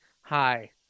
hi